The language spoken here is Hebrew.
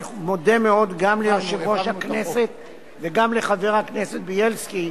אני מודה מאוד גם ליושב-ראש הכנסת וגם לחבר הכנסת בילסקי,